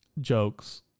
jokes